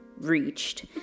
reached